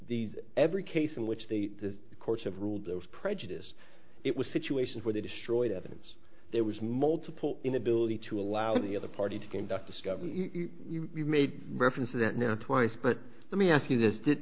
these every case in which the courts have ruled there was prejudice it was a situation where they destroyed evidence there was multiple inability to allow the other party to conduct discovery you made reference to that now twice but let me ask you this did